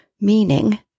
Meaning